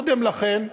קודם לכן,